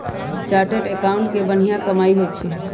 chartered accountant के बनिहा कमाई होई छई